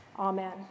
Amen